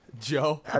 Joe